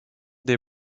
des